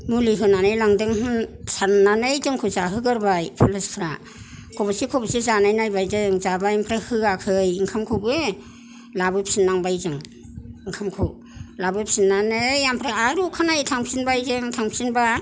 मुलि होनानै लांदों होन साननानै जोंखौ जाहोगोरबाय पुलिस फ्रा खब'से खब'से जानाय नायबाय जों जाबाय ओमफ्राय होवाखै ओंखामखौबो लाबोफिननांबाय जों ओंखामखौ लाबोफिननानै ओमफ्राय आरो अखानायै थांफिनबाय जों थांफिनबा